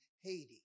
Haiti